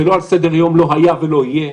זה לא על סדר היום, לא היה ולא יהיה.